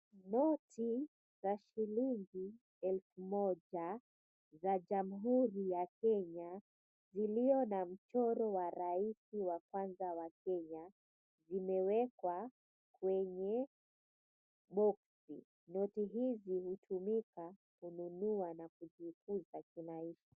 Noti za shilingi elfu moja za jamhuri ya Kenya iliyo na mchoro wa rais wa kwanza wa Kenya imewekwa kwenye boksi. Noti hizi hutumika kununua na kujikuza kimaisha.